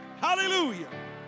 Hallelujah